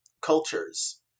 cultures